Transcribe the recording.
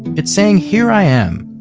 it's saying here i am,